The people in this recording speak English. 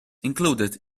included